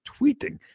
tweeting